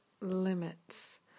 limits